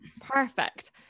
Perfect